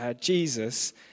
Jesus